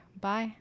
bye